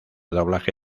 doblaje